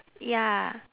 ya